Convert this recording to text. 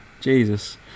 Jesus